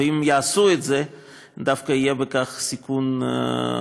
ואם יעשו את זה דווקא יהיה בכך סיכון משמעותי.